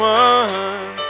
one